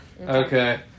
Okay